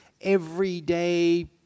everyday